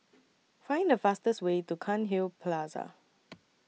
Find The fastest Way to Cairnhill Plaza